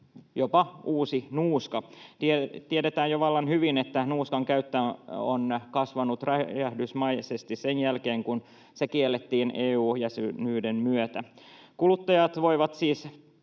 jopa uusi nuuska. Tiedetään jo vallan hyvin, että nuuskan käyttö on kasvanut räjähdysmäisesti sen jälkeen, kun se kiellettiin EU-jäsenyyden myötä. Aineet ovat siis